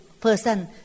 person